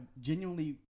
genuinely